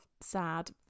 sad